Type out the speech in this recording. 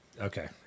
okay